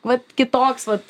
vat kitoks vat